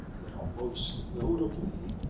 you know, most notably